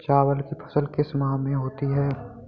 चावल की फसल किस माह में होती है?